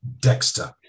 Dexter